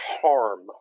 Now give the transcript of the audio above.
harm